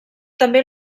també